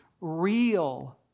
real